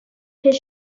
his